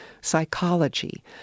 psychology